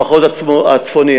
המחוז הצפוני,